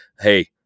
Hey